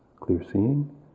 clear-seeing